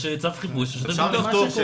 אז צו חיפוש של שופט.